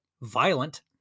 violent